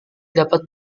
dapat